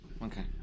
Okay